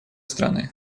страны